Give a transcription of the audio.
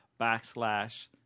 backslash